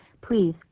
please